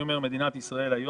מדינת ישראל,